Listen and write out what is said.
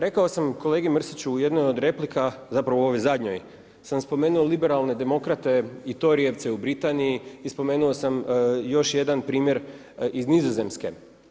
Rekao sam kolegi Mrsiću u jednoj od replika, zapravo u ovoj zadnjoj sam spomenuo liberalne demokrate i torijevce u Britaniji i spomenuo sam još jedan primjer iz Nizozemske.